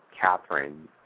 Catherine